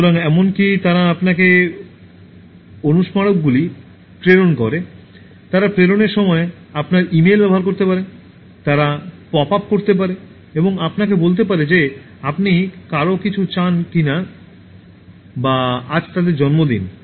সুতরাং এমনকি তারা আপনাকে অনুস্মারকগুলি প্রেরণ করে তারা প্রেরণের সময় আপনার ইমেল ব্যবহার করতে পারে তারা পপআপ করতে পারে এবং আপনাকে বলতে পারে যে আপনি কারও কিছু চান কিনা বা আজ তাদের জন্মদিন